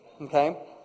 Okay